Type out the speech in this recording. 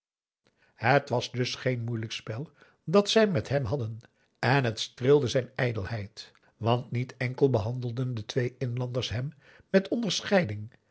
het was dus geen moeilijk spel dat zij met hem hadden en het streelde zijn ijdelheid want niet enkel behandelden de twee inlanders hem met onderscheiding